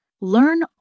Learn